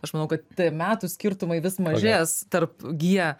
aš manau kad metų skirtumai vis mažės tarp gie